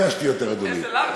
לא ביקשתי יותר, אדוני.